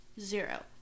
zero